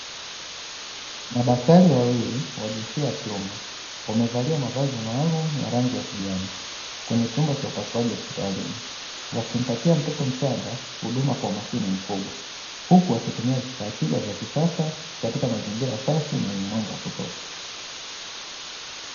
Madaktari wawili wa jinsi ya kiume, wamevalia mavazi maalumu yenye rangi ya kijani kwenye chumba cha upasuaji hospitalini. Wakimpatia mtoto mchanga huduma kwa makini mkubwa, huku wakitumia vifaa tiba vya kisasa katika mazingira safi na yenye mwanga wa kutosha.